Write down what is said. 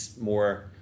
more